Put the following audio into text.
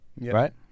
right